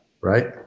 right